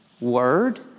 word